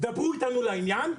דברו איתנו לעניין,